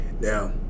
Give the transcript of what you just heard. now